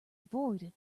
avoided